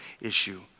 issue